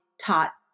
taught